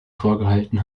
vorgehalten